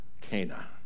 cana